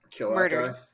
murder